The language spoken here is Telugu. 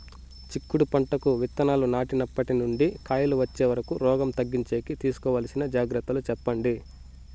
చిక్కుడు పంటకు విత్తనాలు నాటినప్పటి నుండి కాయలు వచ్చే వరకు రోగం తగ్గించేకి తీసుకోవాల్సిన జాగ్రత్తలు చెప్పండి?